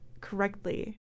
correctly